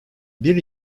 bir